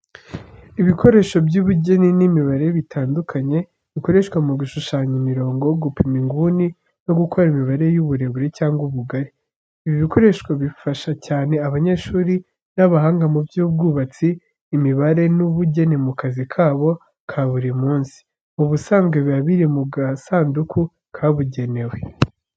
Ibikoresho by’ubugeni n’imibare bitandukanye, bikoreshwa mu gushushanya imirongo, gupima inguni no gukora imibare y’uburebure cyangwa ubugari. Ibi bikoresho bifasha cyane abanyeshuri n’abahanga mu by’ubwubatsi, imibare n’ubugeni mu kazi kabo ka buri munsi. Mu busanzwe biba biri mu gasanduku kabugenewe.